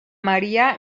maría